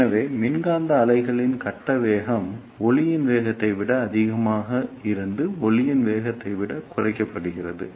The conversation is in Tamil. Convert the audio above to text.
எனவே மின்காந்த அலைகளின் கட்ட வேகம் ஒளியின் வேகத்தை விட அதிகமாக இருந்து ஒளியின் வேகத்தை விடக் குறைக்கப்படுகிறது